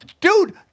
Dude